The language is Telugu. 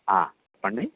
చెప్పండి